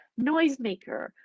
Noisemaker